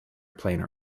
planar